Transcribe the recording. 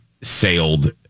sailed